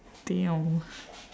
damn